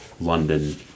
London